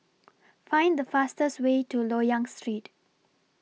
Find The fastest Way to Loyang Street